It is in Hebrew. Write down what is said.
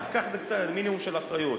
ככה זה מינימום של אחריות,